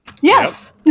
Yes